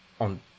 on